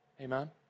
Amen